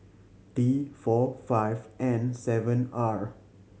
D four five N seven R